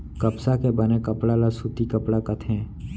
कपसा के बने कपड़ा ल सूती कपड़ा कथें